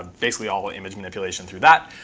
basically all the image manipulation through that.